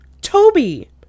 Toby